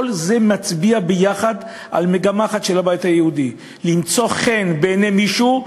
כל זה יחד מצביע מגמה על אחת של הבית היהודי: למצוא חן בעיני מישהו,